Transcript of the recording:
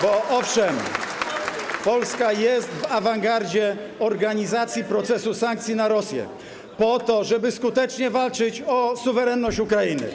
bo, owszem, Polska jest w awangardzie organizacji procesu sankcji na Rosję po to, żeby skutecznie walczyć o suwerenność Ukrainy.